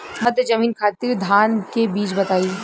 मध्य जमीन खातिर धान के बीज बताई?